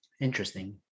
interesting